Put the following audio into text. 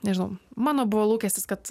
nežinau mano buvo lūkestis kad